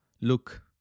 Look